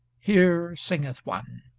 here singeth one